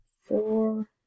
Four